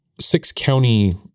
six-county